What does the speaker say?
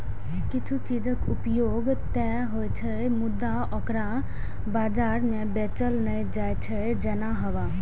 किछु चीजक उपयोग ते होइ छै, मुदा ओकरा बाजार मे बेचल नै जाइ छै, जेना हवा